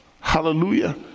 Hallelujah